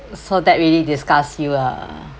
so that really disgust you ah